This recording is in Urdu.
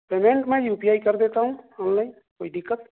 پیمنٹ میں یو پی آئی کر دیتا ہوں آن لائن کوئی دقت